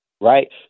right